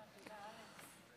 תודה, אלכס.